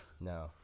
No